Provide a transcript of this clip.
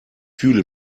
fühle